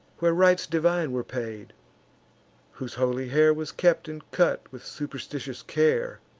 where rites divine were paid whose holy hair was kept and cut with superstitious care.